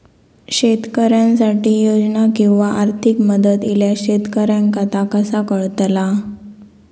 शेतकऱ्यांसाठी योजना किंवा आर्थिक मदत इल्यास शेतकऱ्यांका ता कसा कळतला?